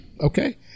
Okay